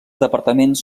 departaments